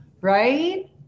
Right